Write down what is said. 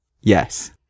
Yes